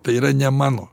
tai yra ne mano